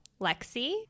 Lexi